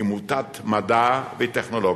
היא מוטת מדע וטכנולוגיה.